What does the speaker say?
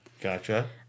Gotcha